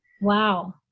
Wow